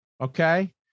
Okay